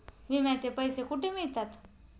विम्याचे पैसे कुठे मिळतात?